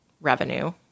revenue